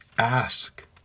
Ask